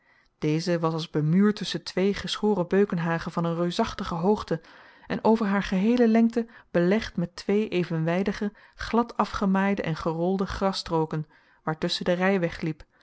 deze was als bemuurd tusschen twee geschoren beukenhagen van een reusachtige hoogte en over haar geheele lengte belegd met twee evenwijdige glad afgemaaide en gerolde grasstrooken waartusschen de rijweg liep